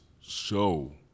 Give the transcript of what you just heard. show